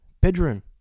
bedroom